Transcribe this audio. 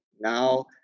now